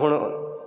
ਹੁਣ